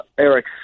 Eric